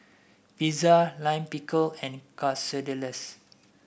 Pizza Lime Pickle and Quesadillas